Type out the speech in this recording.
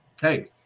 hey